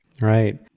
Right